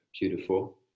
beautiful